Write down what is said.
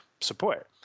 support